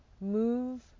move